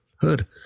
good